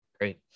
Great